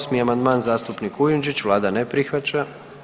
8. amandman, zastupnik Kujundžić, Vlada ga ne prihvaća.